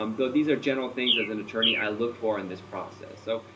um so these are general things as an attorney i look for in this process. so,